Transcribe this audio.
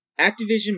Activision